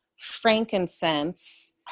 frankincense